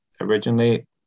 originally